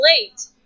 late